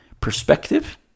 perspective